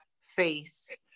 face